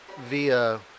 via